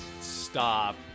Stop